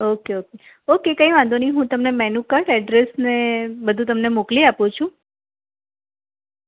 okay okay okay કઈ વાંધો નહીં હું તમને મેનુકાર્ડ એડ્રેસ ને બધું તમને મોકલી આપું છું